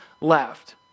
left